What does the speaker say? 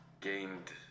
gained